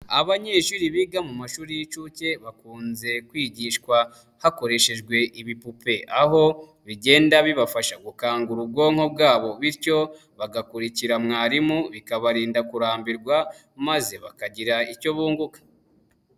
Abanyeshuri biga mu mashuri y'inshuke bakunze kwigishwa hakoreshejwe ibipupe, aho bigenda bibafasha gukangura ubwonko bwabo bityo bagakurikira mwarimu, bikabarinda kurambirwa maze bakagira icyo bunguka.